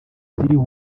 ziriho